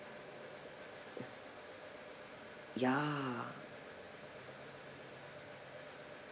ya